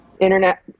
Internet